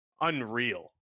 unreal